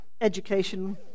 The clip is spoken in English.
education